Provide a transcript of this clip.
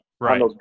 Right